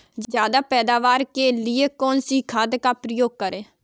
ज्यादा पैदावार के लिए कौन सी खाद का प्रयोग करें?